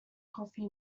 coffee